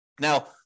Now